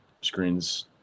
screens